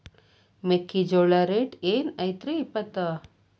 ಮೆಕ್ಕಿಜೋಳ ರೇಟ್ ಏನ್ ಐತ್ರೇ ಇಪ್ಪತ್ತು?